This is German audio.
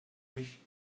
mich